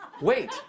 Wait